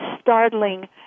startling